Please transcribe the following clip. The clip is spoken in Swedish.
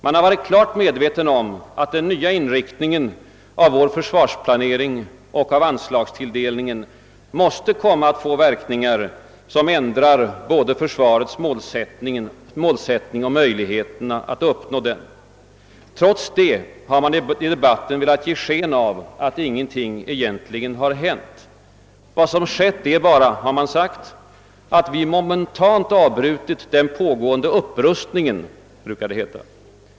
Man har varit klart medveten om att den nya inriktningen av vår försvarsplanering och av anslagstilldelningen måste komma att få verkningar som ändrar både försvarets målsättning och möjligheterna att uppnå den. Trots detta har man i debatten velat ge sken av att ingenting egentligen har hänt. Vad som skett är bara att vi momentant avbrutit den pågående upprustningen, brukar det heta.